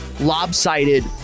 lopsided